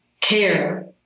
care